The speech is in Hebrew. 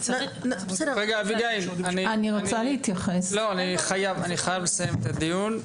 אני חייב לסיים את הדיון.